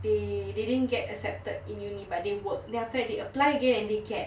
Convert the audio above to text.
they didn't get accepted in uni but they work then after that they apply again and they get